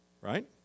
right